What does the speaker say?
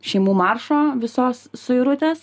šeimų maršo visos suirutės